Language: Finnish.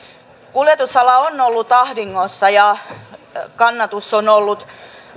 kuljetusala on ollut ahdingossa ja kannatus on ollut